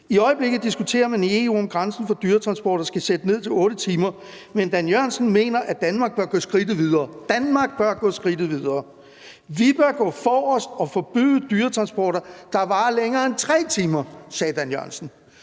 I øjeblikket diskuterer man i EU, om grænsen for dyretransporter skal sættes ned til 8 timer, men Dan Jørgensen mener, at Danmark bør gå skridtet videre. Danmark bør gå skridtet videre. Vi bør gå forrest og forbyde dyretransporter, der varer længere end 3 timer. Det sagde Dan Jørgensen